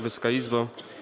Wysoka Izbo!